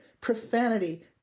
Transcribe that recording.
profanity